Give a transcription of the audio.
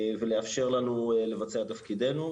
ולאפשר לנו לבצע את תפקידנו,